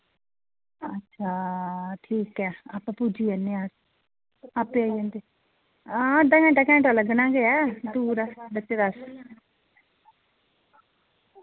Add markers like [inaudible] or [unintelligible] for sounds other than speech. अच्छा ठीक ऐ अस पुज्जी जन्ने आं आप्पे आई जन्दे हां अद्धा घैंटा घैंटा लग्गना जे ऐ दूर ऐ [unintelligible]